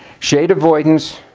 shade avoidance.